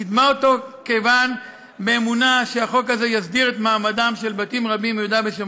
קידמה אותו באמונה שהחוק הזה יסדיר את מעמדם של בתים רבים ביו"ש,